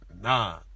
nah